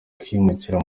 kwimukira